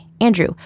andrew